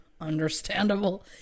Understandable